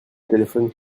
téléphone